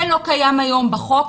זה לא קיים היום בחוק.